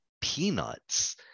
peanuts